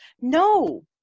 No